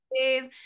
days